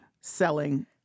selling